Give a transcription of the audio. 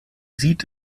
sieht